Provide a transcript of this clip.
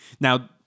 Now